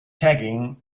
tagging